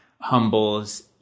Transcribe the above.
Humble's